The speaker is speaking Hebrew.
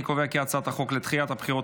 אני קובע כי הצעת החוק לדחיית הבחירות